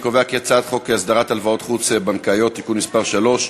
ההצעה להעביר את הצעת חוק הסדרת הלוואות חוץ-בנקאיות (תיקון מס' 3),